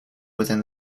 within